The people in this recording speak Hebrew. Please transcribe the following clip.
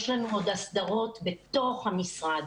יש לנו עוד הסדרות בתוך המשרד,